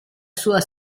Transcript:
sua